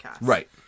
Right